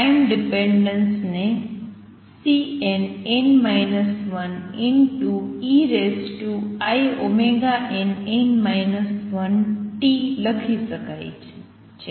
તેથી time dependence ને Cnn 1einn 1t લખી શકાય તેમ છે